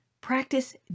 practice